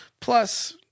Plus